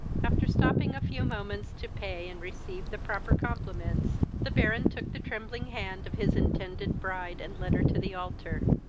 after stopping a few moments to pay and received the proper compliments, the baron took the trembling hand of his intended bride, and led her to the alter.